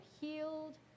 healed